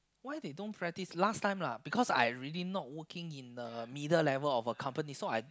why they don't practice last time lah because I really not working in the middle level of the company so I